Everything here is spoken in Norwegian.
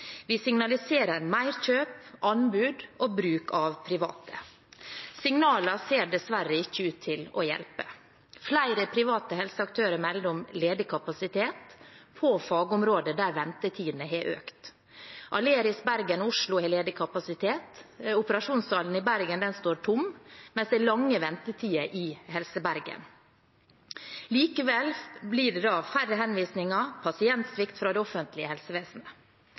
signaliserer mer kjøp, anbud og bruk av private.» Signalene ser dessverre ikke ut til å hjelpe. Flere private helseaktører melder om ledig kapasitet på fagområder der ventetidene har økt. Aleris i Bergen og Oslo har ledig kapasitet. Operasjonssalen i Bergen står tom, mens det er lange ventetider i Helse Bergen. Likevel blir det færre henvisninger, pasientsvikt, fra det offentlige helsevesenet.